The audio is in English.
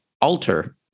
alter